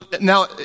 Now